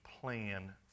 plan